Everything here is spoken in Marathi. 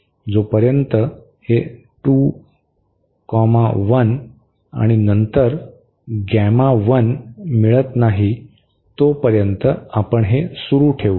जोपर्यंत हे 2 1 आणि नंतर Γ मिळत नाही तोपर्यंत आपण हे सुरू ठेवू